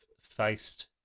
faced